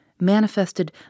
manifested